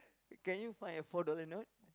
can you find a four dollar note